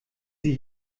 sie